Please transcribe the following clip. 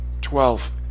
Twelve